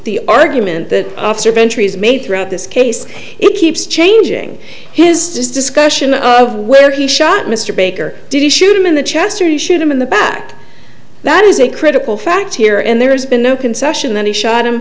the argument that he's made throughout this case it keeps changing his discussion of where he shot mr baker did he shoot him in the chest or shoot him in the back that is a critical factor here and there's been no concession that he shot him